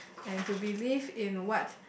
and to believe in what